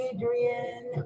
Adrian